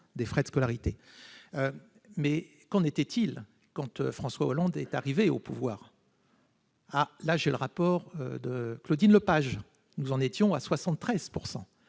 des frais de scolarité. Or qu'en était-il quand François Hollande est arrivé au pouvoir ? J'ai le rapport de Claudine Lepage : à l'en croire, le